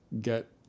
get